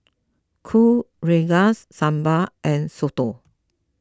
Kuih Rengas Sambal and Soto